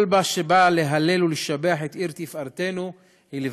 כל מה שבא להלל ולשבח את עיר תפארתנו הוא לברכה.